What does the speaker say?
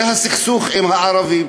הסכסוך עם הערבים.